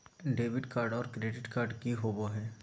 Debit card और credit card की होवे हय?